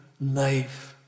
life